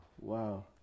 Wow